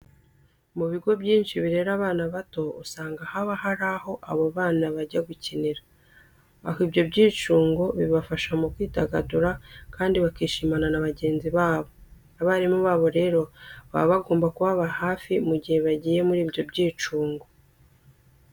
Mu bigo byinshi birera abana bato usanga haba hari aho abo bana bajya gukinira, aho ibyo byicungo bibafasha mu kwidagadura kandi bakishimana na bagenzi babo. Abarimu babo rero baba bagomba kubaba hafi mu gihe bagiye muri ibyo byicungo.